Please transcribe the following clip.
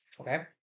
Okay